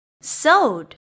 sewed